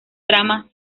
trama